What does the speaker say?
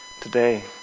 today